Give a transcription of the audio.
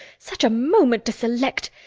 such a moment to select!